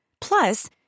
Plus